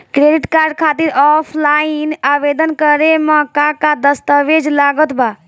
Credit card खातिर offline आवेदन करे म का का दस्तवेज लागत बा?